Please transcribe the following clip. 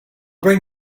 bring